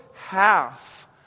half